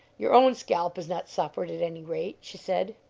your own scalp has not suffered, at any rate, she said.